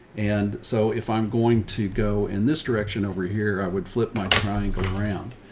and so if i'm going to go in this direction over here, i would flip my triangle around.